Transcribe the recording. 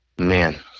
man